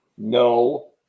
No